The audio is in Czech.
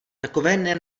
takové